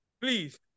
please